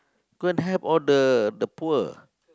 go and help all the the poor